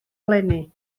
eleni